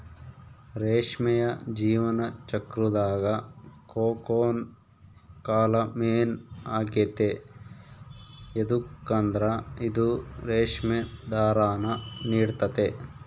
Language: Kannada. ರೇಷ್ಮೆಯ ಜೀವನ ಚಕ್ರುದಾಗ ಕೋಕೂನ್ ಕಾಲ ಮೇನ್ ಆಗೆತೆ ಯದುಕಂದ್ರ ಇದು ರೇಷ್ಮೆ ದಾರಾನ ನೀಡ್ತತೆ